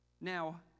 Now